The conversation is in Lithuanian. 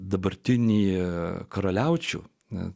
dabartinėje karaliaučių na